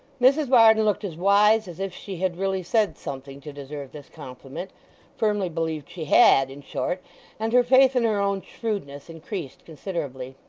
mrs varden looked as wise as if she had really said something to deserve this compliment firmly believed she had, in short and her faith in her own shrewdness increased considerably.